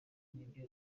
n’ibyo